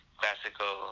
classical